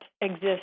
exist